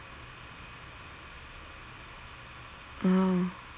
ah